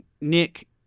Nick